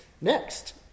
Next